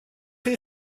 chi